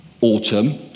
autumn